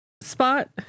spot